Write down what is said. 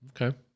okay